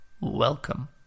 welcome